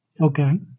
Okay